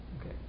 okay